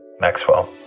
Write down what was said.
Maxwell